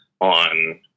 on